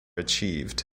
achieved